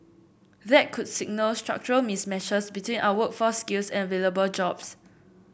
that could signal structural mismatches between our workforce skills and available jobs